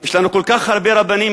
יש לנו כל כך הרבה רבנים,